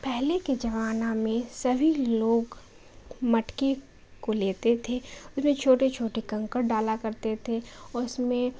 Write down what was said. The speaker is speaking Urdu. پہلے کے زمانہ میں سبھی لوگ مٹکے کو لیتے تھے اس میں چھوٹے چھوٹے کنکر ڈالا کرتے تھے اور اس میں